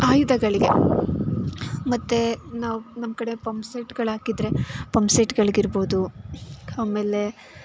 ಆಯುಧಗಳಿಗೆ ಮತ್ತೆ ನಾವು ನಮ್ಮ ಕಡೆ ಪಂಪ್ ಸೆಟ್ಟುಗಳು ಹಾಕಿದ್ರೆ ಪಂಪ್ ಸೆಟ್ಟುಗಳಿಗೆ ಇರ್ಬೋದು ಆಮೇಲೆ